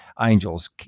angels